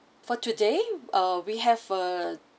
for today uh we have uh